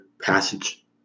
passage